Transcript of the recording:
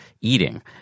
eating